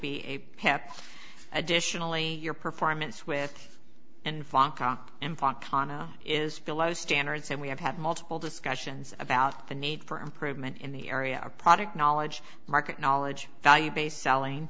be a pep additionally your performance with and enfant khana is below standards and we have had multiple discussions about the need for improvement in the area of product knowledge market knowledge value based selling